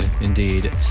indeed